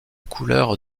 couleur